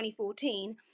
2014